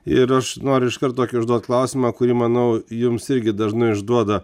ir aš noriu iš karto tokį užduot klausimą kurį manau jums irgi dažnai užduoda